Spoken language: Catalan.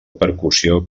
percussió